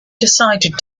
decided